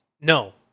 no